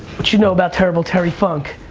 what you know about terrible terry funk?